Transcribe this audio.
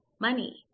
money